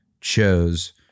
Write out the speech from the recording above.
chose